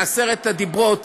הדמוקרטית,